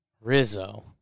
Rizzo